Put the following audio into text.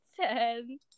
ten